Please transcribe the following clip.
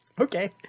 okay